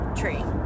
tree